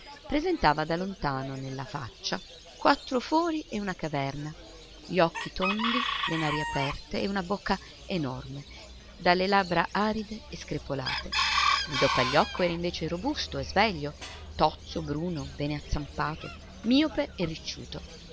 presentava da lontano nella faccia quattro fori e una caverna gli occhi tondi le nari aperte e una bocca enorme dalle labbra aride e screpolate guido pagliocco era invece robusto e sveglio tozzo bruno bene azzampato miope